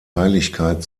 heiligkeit